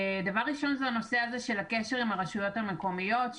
דבר ראשון זה הנושא הזה של הקשר עם הרשויות המקומיות,